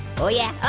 oh yeah.